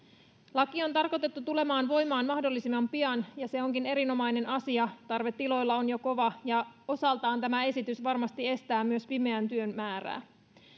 laki on tarkoitettu tulemaan voimaan mahdollisimman pian ja se onkin erinomainen asia tarve tiloilla on jo kova ja osaltaan tämä esitys varmasti myös estää pimeän työn määrää